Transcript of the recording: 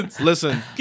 Listen